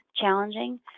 challenging